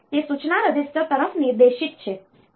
તેથી તે સૂચના રજીસ્ટર તરફ નિર્દેશિત છે